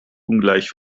ungleich